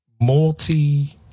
multi